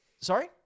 Sorry